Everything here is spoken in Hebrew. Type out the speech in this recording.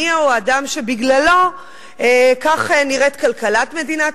מיהו האדם שבגללו כך נראית כלכלת מדינת